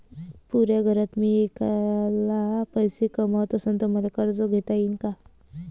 पुऱ्या घरात मी ऐकला पैसे कमवत असन तर मले कर्ज घेता येईन का?